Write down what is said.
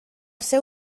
seu